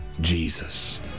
Jesus